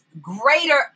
greater